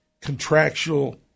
contractual